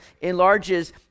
enlarges